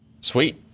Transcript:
sweet